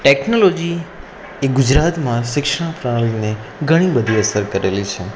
technology એ ગુજરાતમાં શિક્ષણ પ્રણાલીને ઘણી બધી અસર કરેલી છે